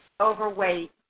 overweight